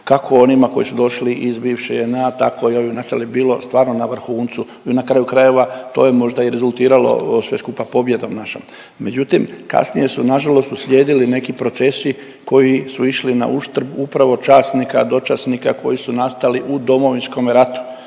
kako onima koji su došli iz bivše JNA tako i …/Govornik se ne razumije./… bilo stvarno na vrhuncu. I na kraju krajeva to je možda i rezultiralo sve skupa pobjedom našom. Međutim, kasnije su na žalost uslijedili neki procesi koji su išli na uštrb upravo časnika, dočasnika koji su nastali u Domovinskome ratu.